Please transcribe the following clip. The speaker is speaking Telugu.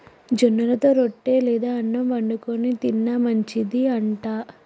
జొన్నలతో రొట్టె లేదా అన్నం వండుకు తిన్న మంచిది అంట